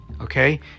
okay